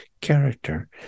character